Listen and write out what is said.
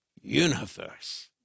universe